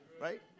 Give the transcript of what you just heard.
right